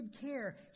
care